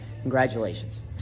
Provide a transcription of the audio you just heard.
congratulations